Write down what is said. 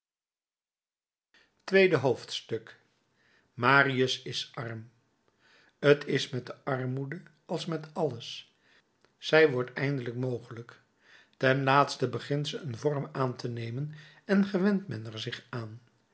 tweede hoofdstuk marius is arm t is met de armoede als met alles zij wordt eindelijk mogelijk ten laatste begint ze een vorm aan te nemen en gewent men er zich aan